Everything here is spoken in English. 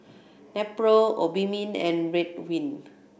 Nepro Obimin and Ridwind